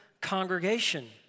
congregation